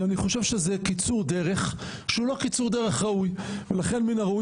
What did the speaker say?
אני חושב שזה קיצור דרך שהוא לא קיצור דרך ראוי ולכן מן הראוי